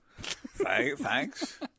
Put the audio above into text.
Thanks